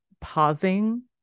pausing